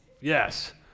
Yes